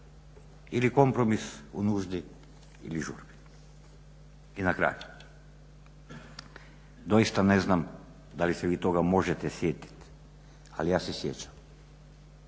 ili kompromis u nuždi ili žurbi. I na kraju doista ne znam da li se vi toga možete sjetiti, ali ja se sjećam.